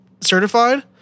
certified